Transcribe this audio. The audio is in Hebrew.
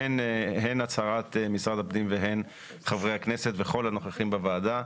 הן הצהרת משרד הפנים והן חברי הכנסת וכל הנוכחים בוועדה,